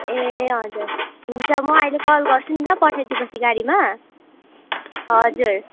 ए हजुर हुन्छ म अहिले कल गर्छु नि ल पठाइदिए पछि गाडीमा हजुर